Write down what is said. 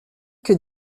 que